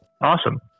Awesome